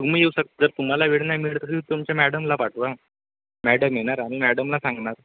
तुम्ही येऊ शकता जर तुम्हाला वेळ नाही मिळत असेल तर तुमच्या मॅडमला पाठवा मॅडम येणार आम्ही मॅडमला सांगणार